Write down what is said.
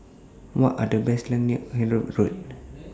What Are The landmarks near Hyderabad Road